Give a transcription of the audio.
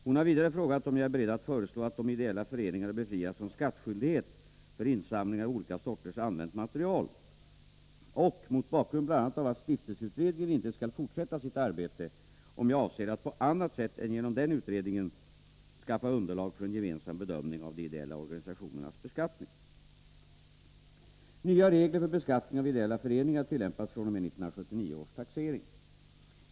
Hon har vidare frågat om jag är beredd att föreslå att de ideella föreningarna befrias från skattskyldighet för insamlingar av olika sorters använt material och — mot bakgrund av bl.a. av att stiftelseutredningen inte skall fortsätta sitt arbete — om jag avser att på annat sätt än genom den utredningen skaffa underlag för en gemensam bedömning av de ideella organisationernas beskattning. Nya regler för beskattning av ideella föreningar tillämpas fr.o.m. 1979 års taxering.